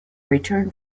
return